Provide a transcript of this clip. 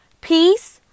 peace